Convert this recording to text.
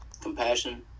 compassion